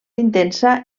intensa